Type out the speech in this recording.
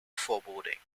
foreboding